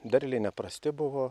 derliai neprasti buvo